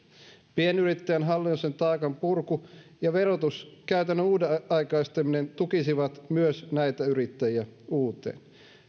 pienyrittäjän hallinnollisen taakan purku ja verotuskäytännön uudenaikaistaminen tukisivat myös näitä yrittäjiä uuteen